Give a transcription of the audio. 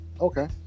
Okay